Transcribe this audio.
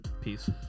peace